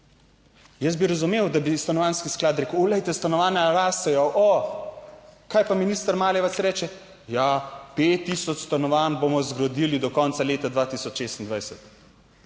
Jaz bi razumel, da bi Stanovanjski sklad rekel, glejte, stanovanja rastejo, o kaj pa minister Maljevac reče: "Ja, 5000 stanovanj bomo zgradili do konca leta 2026."